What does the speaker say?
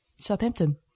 Southampton